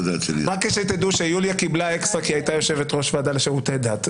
רק שתדעו שיוליה קיבלה אקסטרה כי היא הייתה יושבת-ראש ועדה לשירותי דת,